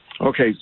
Okay